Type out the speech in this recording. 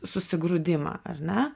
susigrūdimą ar ne